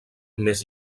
més